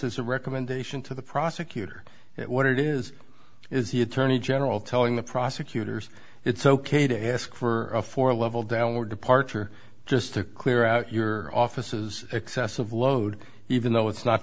is a recommendation to the prosecutor what it is is the attorney general telling the prosecutors it's ok to ask for a four level downward departure just to clear out your offices excessive load even though it's not